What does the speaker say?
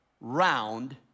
round